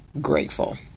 grateful